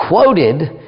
quoted